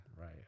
Right